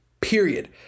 period